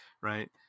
right